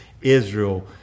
Israel